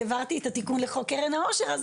העברתי את התיקון לחוק קרן העושר,